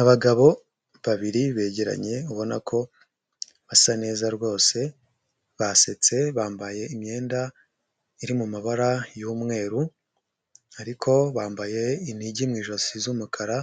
Abagabo babiri begeranye ubona ko basa neza rwose basetse, bambaye imyenda iri mu mabara y'umweru ariko bambaye inigi mu ijosi z'umukara,